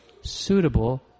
suitable